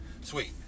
Sweet